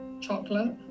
chocolate